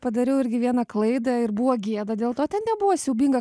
padariau irgi vieną klaidą ir buvo gėda dėl to ten nebuvo siaubinga